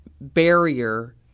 barrier